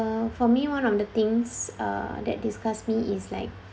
for me one of the things uh that disgust me is like